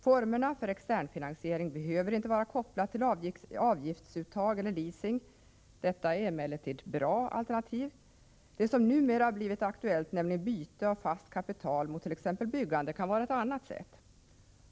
Formerna för externfinansiering behöver inte vara kopplade till avgiftsuttag eller leasing. Detta är emellertid bra alternativ. Det som numera blivit aktuellt, nämligen byte av fast kapital mott.ex. byggande, kan vara ett annat sätt.